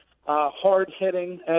hard-hitting